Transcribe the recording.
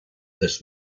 this